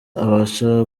abasha